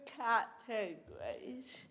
categories